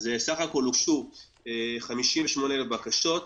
בסך הכול הוגשו 58,000 בקשו.